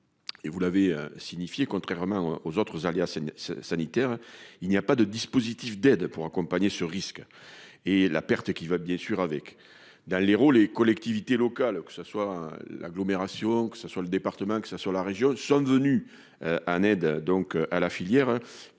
Et vous l'avez signifié contrairement aux autres alias. Sanitaire. Il n'y a pas de dispositifs d'aide pour accompagner ce risque et la perte qui va bien sûr avec dans l'Hérault, les collectivités locales, que ce soit l'agglomération, que ça soit le département qui ça sur la région sont devenus un deux donc à la filière